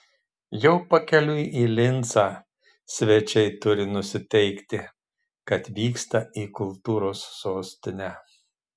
jau pakeliui į lincą svečiai turi nusiteikti kad vyksta į kultūros sostinę